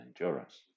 endurance